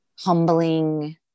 humbling